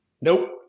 Nope